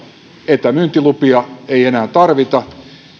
etämyyntilupia ei enää tarvita